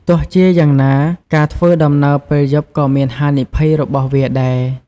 ទោះជាយ៉ាងណា ការធ្វើដំណើរពេលយប់ក៏មានហានិភ័យរបស់វាដែរ។